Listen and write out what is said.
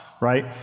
right